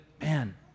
Man